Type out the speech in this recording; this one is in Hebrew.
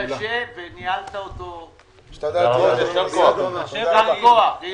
הישיבה ננעלה בשעה 16:30.